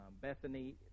Bethany